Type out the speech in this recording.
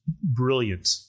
brilliant